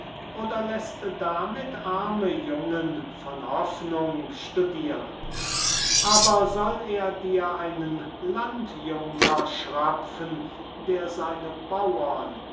oder läßt damit arme jungen von hoffnung studiren aber soll er dir einen landjunker schröpffen der seine bauern